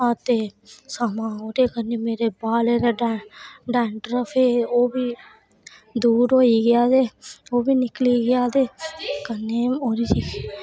अते सगुआं ओह्दे कन्नै मेरे बाल डैंड्रफ हे ओह् बी दूर होइ गेआ ते ओह् बी निकली गेआ ते कन्नै ओह्दे